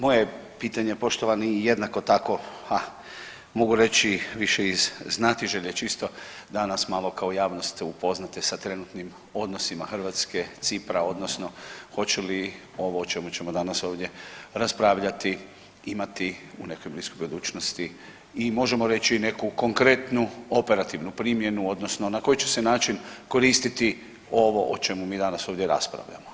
Moje je pitanje poštovani jednako tako ha mogu reći više iz znatiželje čisto da nas malo kao javnost upoznate sa trenutnim odnosima Hrvatske, Cipra odnosno hoće li ovo o čemu ćemo danas ovdje raspravljati imati u nekoj bliskoj budućnosti i možemo reći neku konkretnu operativnu primjenu odnosno na koji će se način koristiti ovo o čemu mi danas ovdje raspravljamo.